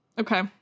okay